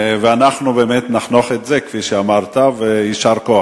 ואנחנו באמת נחנוך את זה, כפי שאמרת, ויישר כוח.